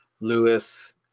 Lewis